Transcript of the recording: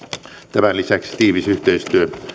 tämän lisäksi tiivis yhteistyö